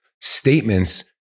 statements